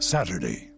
Saturday